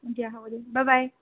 দিয়া হ'ব দিয়া বাই বাই